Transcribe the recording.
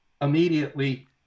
immediately